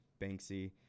Banksy